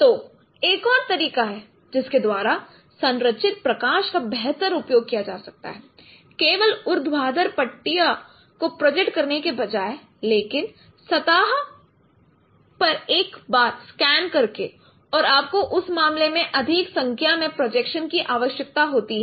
तो एक और तरीका है जिसके द्वारा संरचित प्रकाश का बेहतर उपयोग किया जा सकता है केवल ऊर्ध्वाधर पट्टियाँ को प्रोजेक्ट करने के बजाय लेकिन सतहों पर एक बार स्कैन करके और आपको उस मामले में अधिक संख्या में प्रोजेक्शन की आवश्यकता होती है